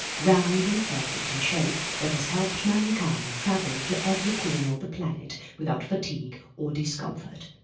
round and perfect in shape that has helped mankind travel to every corner of the planet without fatigue or discomfort.